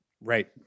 Right